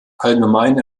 allgemein